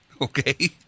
okay